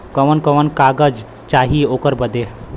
कवन कवन कागज चाही ओकर बदे?